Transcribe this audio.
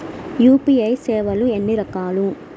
UPI సేవలు ఎన్నిరకాలు?